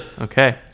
okay